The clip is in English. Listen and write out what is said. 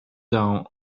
down